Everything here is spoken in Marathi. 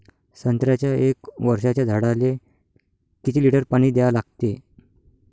संत्र्याच्या एक वर्षाच्या झाडाले किती लिटर पाणी द्या लागते?